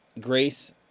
grace